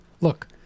Look